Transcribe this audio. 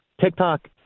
tiktok